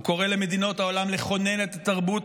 הוא קורא למדינות העולם לכונן את התרבות